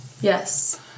Yes